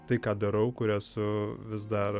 tai ką darau kur esu vis dar